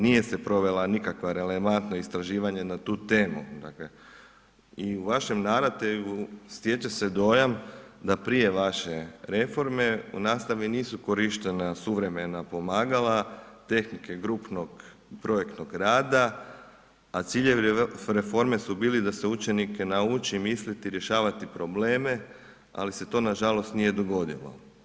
Nije se provela nikakva relevantno istraživanje na tu temu, dakle, i u vašem ... stječe se dojam da prije vaše reforme u nastavi nisu korištena suvremena pomagala, tehnike grupnog projektnog rada, a ciljevi reforme su bili da se učenike nauči misliti, rješavati probleme, ali se to nažalost nije dogodilo.